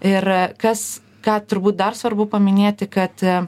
ir kas ką turbūt dar svarbu paminėti kad